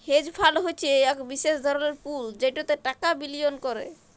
hedge fund হছে ইক বিশেষ ধরলের পুল যেটতে টাকা বিলিয়গ ক্যরে